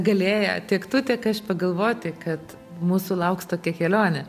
galėję tiek tu tiek aš pagalvoti kad mūsų lauks tokia kelionė